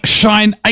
shine